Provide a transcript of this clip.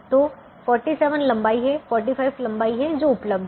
तो 47 लंबाई है 45 लंबाई है जो उपलब्ध है